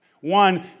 One